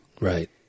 right